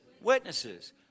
Witnesses